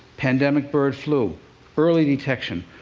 pandemic bird flu early detection,